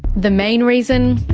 the main reason?